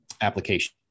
application